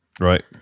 right